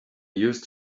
used